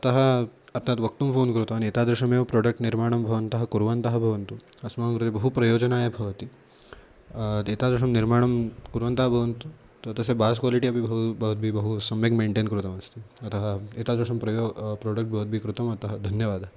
अतः अर्थात् वक्तुं फ़ोन् कृतवान् एतादृशमेव प्रोडक्ट् निर्माणं भवन्तः कुर्वन्तः भवन्तु अस्माकं कृते बहु प्रयोजनाय भवति एतादृशं निर्माणं कुर्वन्तः भवन्तु त तस्य बास् क्वालिटि अपि बहु भवद्भिः बहु सम्यक् मेन्टेन् कृतमस्ति अतः एतादृशं प्रयो प्रोडक्ट् भवद्भिः कृतम् अतः धन्यवादः